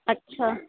ਅੱਛਾ